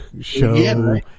show